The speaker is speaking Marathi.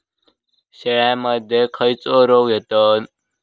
शेळ्यामध्ये खैचे रोग येतत?